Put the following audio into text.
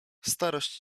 starość